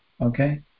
okay